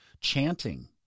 chanting